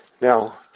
Now